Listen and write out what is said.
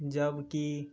जब कि